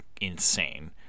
insane